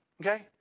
okay